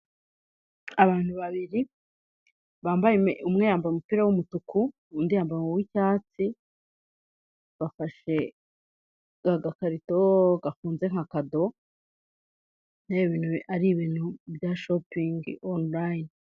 Abantu babiri umwe yambaye umupira w'umutuku undi yambaye uw'icyatsi bafashe agakarito gafunze nka kado ari ibintu bya shopingi onurayini.